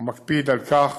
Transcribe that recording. הוא מקפיד על כך